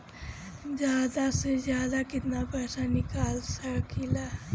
जादा से जादा कितना पैसा निकाल सकईले?